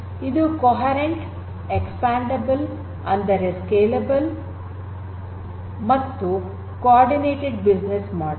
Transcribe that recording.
ಇದು coherent expandable ಅಂದರೆ scalable ಮತ್ತು ಕೋಆರ್ಡಿನೇಟೆಡ್ ಬಿಸಿನೆಸ್ ಮಾಡೆಲ್